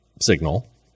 Signal